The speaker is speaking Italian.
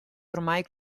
ormai